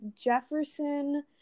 Jefferson